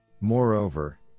Moreover